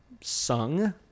sung